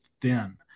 thin